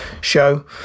show